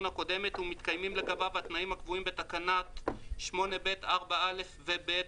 הקודמת ומתקיימים לגביו התנאים הקבועים בתקנה 8(ב)(4)(א) ו-(ב),